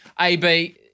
AB